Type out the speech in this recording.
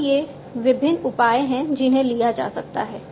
तो ये विभिन्न उपाय हैं जिन्हें लिया जा सकता है